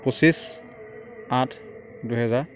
পঁচিছ আঠ দুহেজাৰ